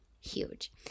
huge